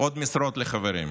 עוד משרות לחברים.